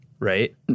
Right